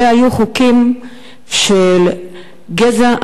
אלה היו חוקים של גזע,